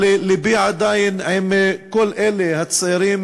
אבל לבי עדיין עם כל אלה, הצעירים